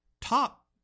top